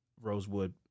Rosewood